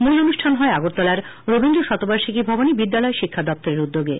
মূল অনুষ্ঠানটি হয় আগরতলার রবীন্দ্র শতবার্ষিকী ভবনে বিদ্যালয় শিক্ষা দপ্তরের উদ্যোগে